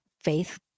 faith